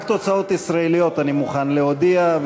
רק תוצאות ישראליות אני מוכן להודיע,